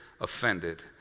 offended